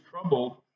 troubled